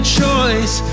choice